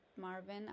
Marvin